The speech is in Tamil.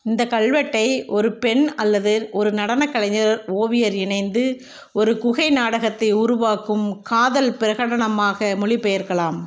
இந்த கல்வெட்டை ஒரு பெண் அல்லது ஒரு நடனக் கலைஞர் ஓவியர் இணைந்து ஒரு குகை நாடகத்தை உருவாக்கும் காதல் பிரகடனமாக மொழிபெயர்க்கலாம்